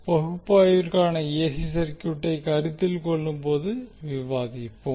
பகுப்பாய்விற்கான AC சர்க்யூட்டை கருத்தில் கொள்ளும்போது விவாதிப்போம்